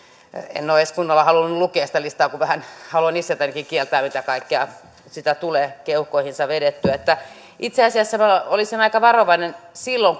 en ole edes kunnolla halunnut lukea sitä listaa kun vähän haluan itseltänikin kieltää mitä kaikkea sitä tulee keuhkoihinsa vedettyä itse asiassa olisin aika varovainen silloin